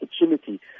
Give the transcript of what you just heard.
opportunity